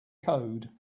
code